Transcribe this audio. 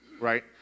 right